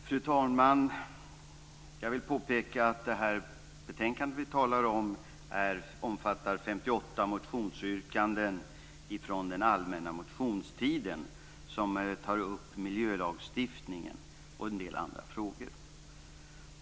Fru talman! Jag vill påpeka att det betänkande vi talar om omfattar 58 motionsyrkanden från den allmänna motionstiden som tar upp miljölagstiftningen och en del andra frågor.